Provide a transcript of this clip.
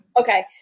Okay